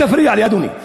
אתה אל תפריע לי, אדוני.